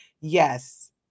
Yes